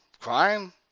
Crime